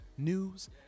News